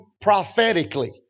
prophetically